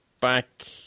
back